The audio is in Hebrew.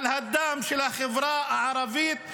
על הדם של החברה הערבית,